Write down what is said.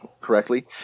correctly